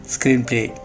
Screenplay